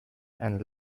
and